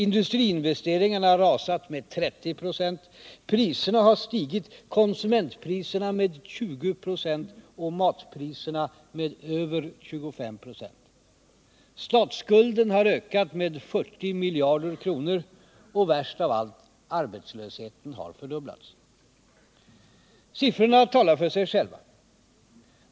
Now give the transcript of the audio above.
Industriinvesteringarna har rasat med 30 926. Priserna har stigit — konsumentpriserna med 20 926 och matpriserna med över 25 96. Statsskulden har ökat med 40 miljarder kronor. Och värst av allt: arbetslösheten har fördubblats. Siffrorna talar för sig själva.